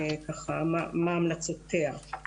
מה המלצותיה של הקרן.